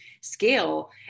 scale